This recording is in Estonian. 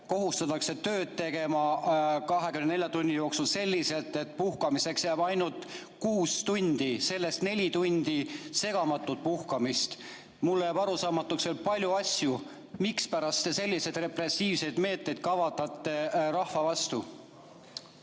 kohustatakse tööd tegema 24 tunni jooksul selliselt, et puhkamiseks jääb ainult kuus tundi, sellest neli tundi segamatult puhkamist. Mulle jääb arusaamatuks veel palju asju. Mispärast te selliseid repressiivseid meetmeid kavandate rahva vastu?